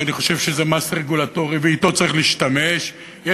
ואני חושב שזה מס רגולטורי ושצריך להשתמש בו,